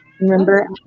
remember